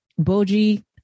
Boji